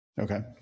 Okay